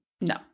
no